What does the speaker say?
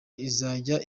izajya